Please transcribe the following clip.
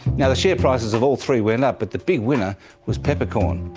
now the share prices of all three went up, but the big winner was peppercorn.